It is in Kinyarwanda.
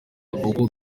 uko